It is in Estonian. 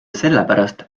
sellepärast